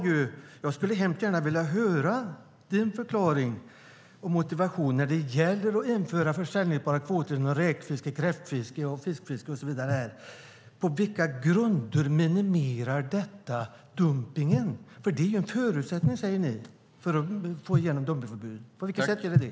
Jag skulle gärna vilja höra din förklaring och motivation när det gäller att införa säljbara kvoter inom räkfiske, kräftfiske och så vidare: På vilka grunder minimerar detta dumpningen? Det är en förutsättning, säger ni, för att få igenom dumpningsförbudet. På vilket sätt är det det?